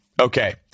okay